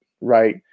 right